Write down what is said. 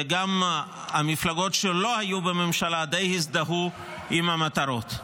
וגם המפלגות שלא היו בממשלה די הזדהו עם המטרות.